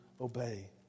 obey